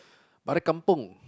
balik kampung